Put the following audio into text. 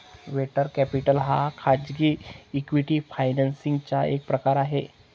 venture capital हा खाजगी equity financing चा एक प्रकार आहे